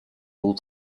all